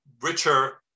richer